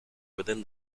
within